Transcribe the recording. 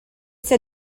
sia